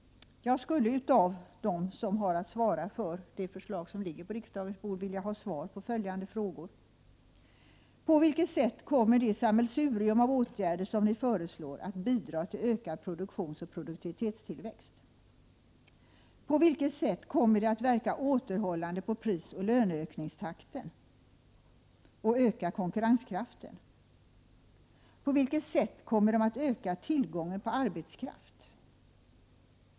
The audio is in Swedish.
Jag skulle av dem som står bakom det förslag som ligger på riksdagens bord vilja ha svar på följande frågor: På vilket sätt kommer det sammelsurium av åtgärder som ni föreslår att bidra till ökad produktionsoch produktivitetstillväxt? På vilket sätt kommer de att verka återhållande på prisoch löneökningstakten och öka konkurrenskraften? På vilket sätt kommer de att öka tillgången på arbetskraft?